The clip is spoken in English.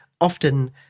often